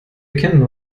kennen